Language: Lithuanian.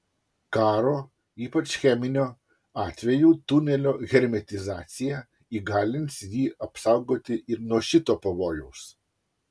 karo ypač cheminio atveju tunelio hermetizacija įgalins jį apsaugoti ir nuo šito pavojaus